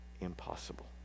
impossible